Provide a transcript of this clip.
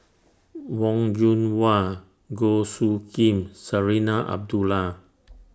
Wong Yoon Wah Goh Soo Khim Zarinah Abdullah